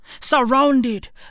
surrounded